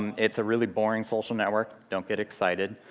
um it's a really boring social network don't get excited.